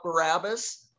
Barabbas